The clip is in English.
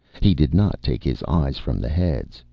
he did not take his eyes from the heads.